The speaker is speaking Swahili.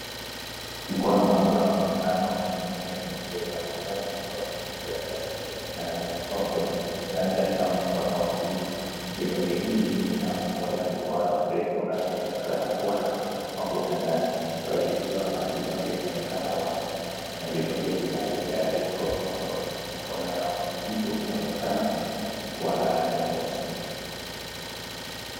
Mkono mmoja unaonekana ukimimina vidonge vya manjano kutoka kwenye chupa ya plastiki na vinatua kwenye kiganja cha mkono wa pili. Vidonge hivi vina umbo la duara refu na vinaonekana kuwa na mafuta ndani. Chupa iliyo na vidonge inaonekana wazi na vidonge vichache tayari viko mkononi. Mikono ya mtu unaonekana kuwa na rangi nyeusi.